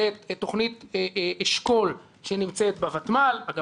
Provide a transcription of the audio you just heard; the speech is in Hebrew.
זו תוכנית אשכול שנמצאת בותמ"ל אגב,